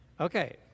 Okay